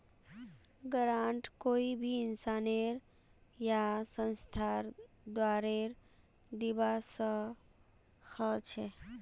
grant कोई भी इंसानेर या संस्थार द्वारे दीबा स ख छ